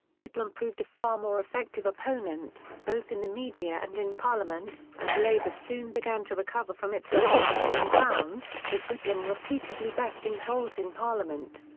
whitlam proved a far more effective opponent, both in the media and in parliament, and labor soon began to recover from its losses and gain ground, with whitlam repeatedly besting holt in parliament.